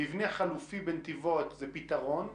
מבנה חלופי בנתיבות זה פתרון.